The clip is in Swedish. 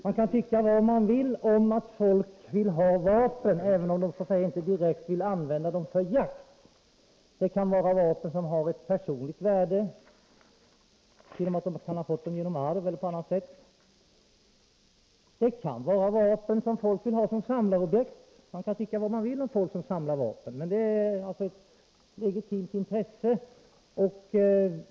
Man kan tycka vad man vill om att folk vill ha vapen, även om de inte vill använda dem för jakt. Det kan vara fråga om ett vapen som har ett personligt värde. Man kan ha fått vapnet genom arv eller på annat sätt. Vapnet kan vara ett samlarobjekt. Man kan tycka vad man vill om folk som samlar vapen, men detta är ett legitimt intresse.